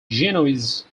genoese